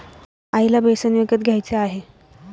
आईला बेसन विकत घ्यायचे आहे